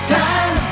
time